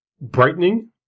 brightening